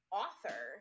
author